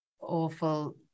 awful